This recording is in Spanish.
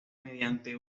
mediante